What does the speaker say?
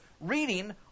reading